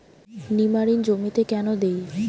নিমারিন জমিতে কেন দেয়?